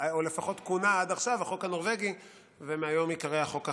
או לפחות כונה עד עכשיו "החוק הנורבגי" ומהיום ייקרא "החוק החכם",